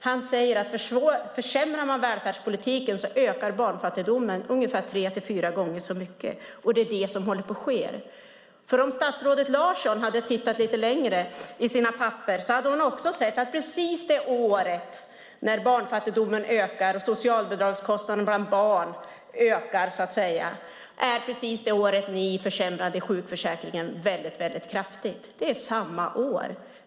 Han säger att om man försämrar välfärdspolitiken så ökar barnfattigdomen ungefär tre till fyra gånger så mycket, och det är det som håller på att ske. Om statsrådet Larsson hade tittat lite längre i sina papper hade hon nämligen också sett att det år då barnfattigdomen ökar och socialbidragskostnaden bland barn ökar är precis samma år som ni försämrade sjukförsäkringen väldigt kraftigt. Det är samma år.